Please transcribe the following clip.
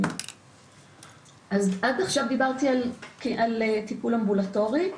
עד עכשיו דיברתי על טיפול אמבולטורי,